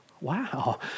wow